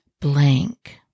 Blank